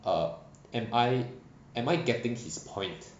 err am I am I getting his point